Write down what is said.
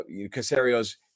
Casario's